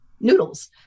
noodles